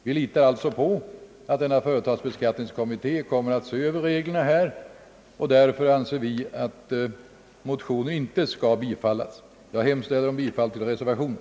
Vi litar alltså på att denna utredning kommer att se över reglerna och anser därför att motionerna inte skall bifallas. Jag hemställer, herr talman, om bifall till reservationen.